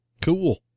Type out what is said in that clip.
cool